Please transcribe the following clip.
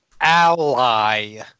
ally